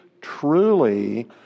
truly